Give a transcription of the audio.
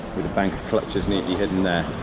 with a bank of clutches neatly hidden there,